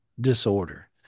disorder